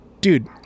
dude